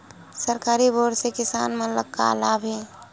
सरकारी बोर से किसान मन ला का लाभ हे?